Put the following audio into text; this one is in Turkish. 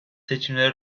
seçimlere